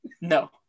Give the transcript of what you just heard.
No